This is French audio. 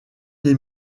les